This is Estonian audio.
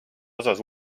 osas